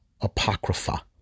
apocrypha